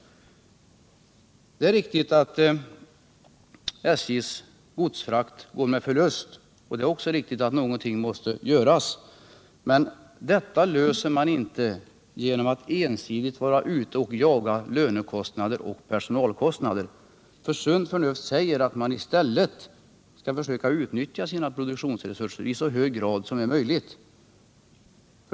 Det är riktigt att SJ:s godsfrakt går med förlust. Det är också riktigt att någonting måste göras. Men detta problem löser man inte genom att ensidigt vara ute och jaga lönekostnader och personalkostnader. Sunt förnuft säger att man i stället skall försöka utnyttja sina produktionsresurser i så hög grad som möjligt.